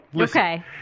Okay